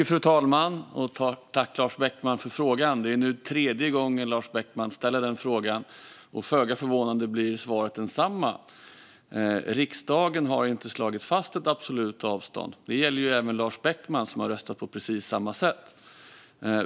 Fru talman! Jag tackar Lars Beckman för frågan. Det är nu tredje gången Lars Beckman ställer denna fråga, och föga förvånande blir svaret detsamma: Riksdagen har inte slagit fast ett absolut avstånd. Detta gäller även Lars Beckman, som har röstat på precis samma sätt.